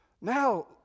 Now